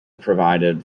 provided